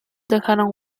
dejaron